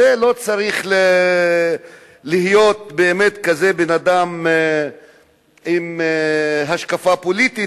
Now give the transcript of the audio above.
לזה לא צריך להיות באמת כזה בן-אדם עם השקפה פוליטית,